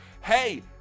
Hey